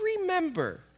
remember